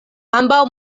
ambaŭ